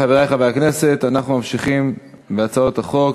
חברי חברי הכנסת, אנחנו ממשיכים בהצעות החוק.